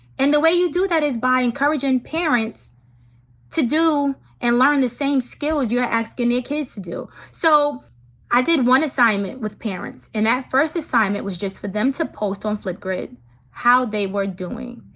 and the way you do that is by encouraging parents to do and learn the same skills you are asking their kids to do. so i did one assignment with parents. and that first assignment was just for them to post on flipgrid how they were doing.